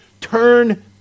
Turn